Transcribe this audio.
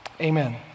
Amen